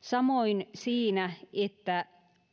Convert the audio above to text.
samoin siinä